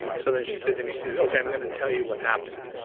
so then she said to me, she says, okay i'm going to tell you what happened.